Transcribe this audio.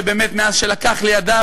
שבאמת מאז לקח לידיו,